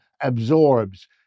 absorbs